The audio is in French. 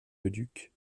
leduc